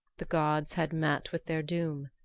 the gods had met with their doom.